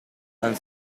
han